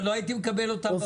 אבל לא הייתי מקבל אותם בוועדה.